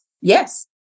Yes